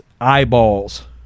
eyeballs